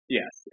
yes